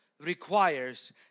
Requires